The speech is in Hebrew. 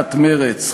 סיעת מרצ,